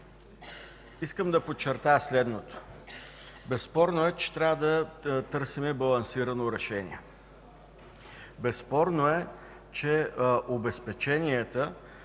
Искам да подчертая следното. Безспорно е, че трябва да търсим балансирано решение. Безспорно е, че обезпеченията,